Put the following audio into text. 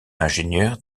ingénieur